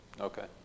Okay